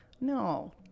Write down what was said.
no